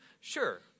Sure